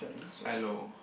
I know